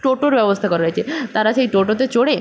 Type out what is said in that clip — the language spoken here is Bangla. টোটোর ব্যবস্থা করা রয়েছে তারা সেই টোটোতে চড়ে